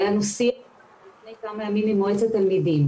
והיה לנו שיח לפני כמה ימים עם מועצת תלמידים.